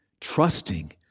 trusting